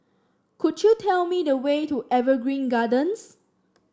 could you tell me the way to Evergreen Gardens